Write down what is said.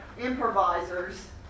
improvisers